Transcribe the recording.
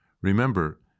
Remember